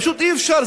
פשוט אי-אפשר.